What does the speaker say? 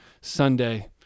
Sunday